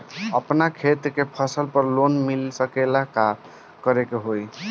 अपना खेत के फसल पर लोन मिल सकीएला का करे के होई?